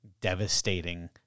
devastating